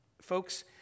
Folks